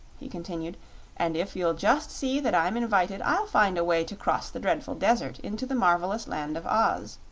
he continued and if you'll just see that i'm invited i'll find a way to cross the dreadful desert into the marvelous land of oz.